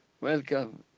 Welcome